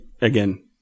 again